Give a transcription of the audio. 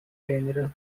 dangerous